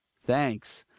thanks!